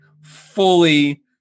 fully